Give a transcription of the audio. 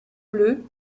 bleue